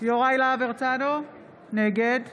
יוראי להב הרצנו, נגד